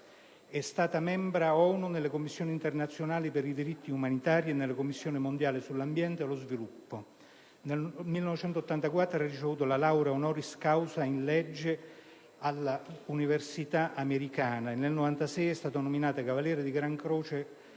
È stata membro ONU nella Commissione internazionale per i diritti umanitari e nella Commissione mondiale sull'ambiente e lo sviluppo. Nel 1984 ha ricevuto la laurea *honoris causa* in legge dalla Mount Holyoke University del Massachusetts e nel 1996 è stata nominata cavaliere di Gran Croce